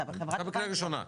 אתה בקריאה ראשונה.